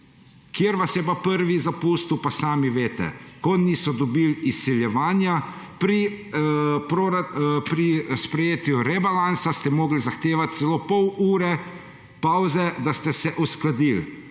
kdo vas je prvi zapustil, pa sami veste. Ko niso dobili izsiljevanja pri sprejetju rebalansa, ste morali zahtevati celo pol ure pavze, da ste se uskladili.